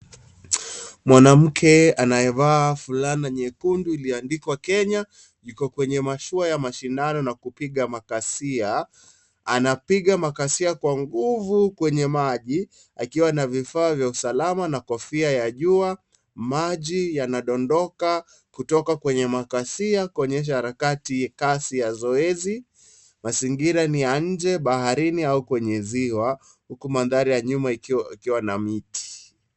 Mwanamke anayevaa fulana nyekundu iliyoandikwa Kenya yuko kwenye mashua ya mashindano na kupiga makasia. Anapiga makasi kwa nguvu kwenye maji akiwa na vifaa vya usalama na kofia ya jua. Maji yanadondoka kutoka kwenye makasia kuonyesha harakati kasi zoezi. Mazingira ni ya nje baharini au kwenye ziwa. Huku mandhari ya nyuma ikiwa na mti.